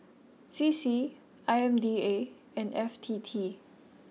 C C I M D A and F T T